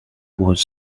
was